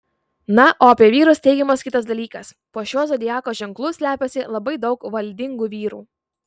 na o apie vyrus teigiamas kitas dalykas po šiuo zodiako ženklu slepiasi labai daug valdingų vyrų